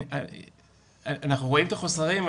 אנחנו רואים את החסרים,